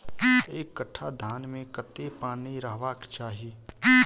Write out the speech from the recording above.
एक कट्ठा धान मे कत्ते पानि रहबाक चाहि?